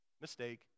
Mistake